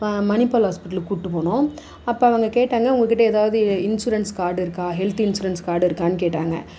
மணிபால் ஹாஸ்பிட்டலுக்கு கூட்டு போனோம் அப்போ அவங்க கேட்டாங்க உங்கள்கிட்ட ஏதாவது இன்சூரன்ஸ் கார்டு இருக்கா ஹெல்த் இன்சூரன்ஸ் கார்டு இருக்கான்னு கேட்டாங்க